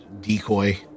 decoy